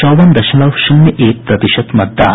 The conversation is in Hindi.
चौवन दशमलव शून्य एक प्रतिशत मतदान